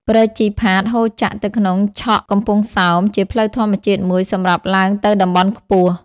ព្រែកជីផាត ហូរចាក់ទៅក្នុងឆកកំពង់សោម ជាផ្លូវធម្មជាតិមួយសម្រាប់ឡើងទៅតំបន់ខ្ពស់។